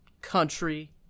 country